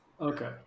okay